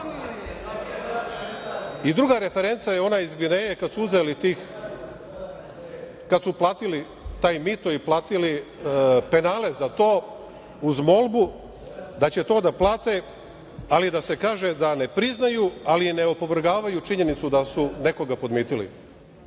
Druga referenca je ona iz Gvineje kada su platili taj mito i platili penale za to, uz molbu da će to da plate ali da se kaže da ne priznaju i da ne opovrgavaju činjenicu da su nekoga podmitili.